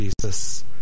Jesus